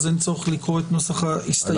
אין צורך לקרוא את נוסח ההסתייגויות.